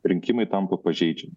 rinkimai tampa pažeidžiami